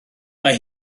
mae